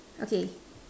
okay